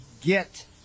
get